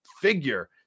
figure